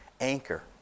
anchor